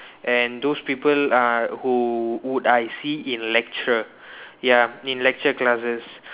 and those people uh who who I see in lecture ya in lecture classes